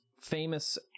famous